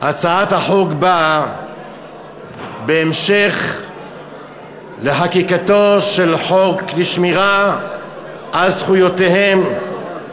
הצעת החוק באה בהמשך לחקיקתו של חוק לשמירה על זכויותיהם